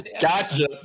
Gotcha